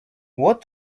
what